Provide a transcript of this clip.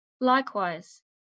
Likewise